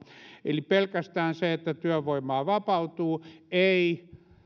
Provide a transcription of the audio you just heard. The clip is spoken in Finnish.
eli pelkästään se että työvoimaa vapautuu ei